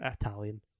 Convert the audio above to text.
Italian